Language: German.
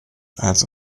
also